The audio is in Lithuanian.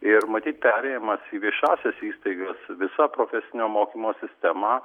ir matyt perėjimas į viešąsias įstaigas visa profesinio mokymo sistema